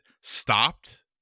stopped